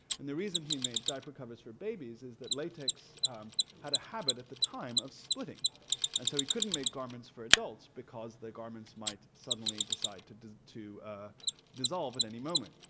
and the reason he made diaper covers for babies is that latex had a habit at the time of splitting and so he couldn't make garments for adults because the garments might suddenly decide to to dissolve at any moment.